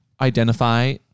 identify